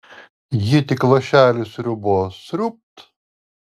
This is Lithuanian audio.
ji tik lašelį sriubos sriūbt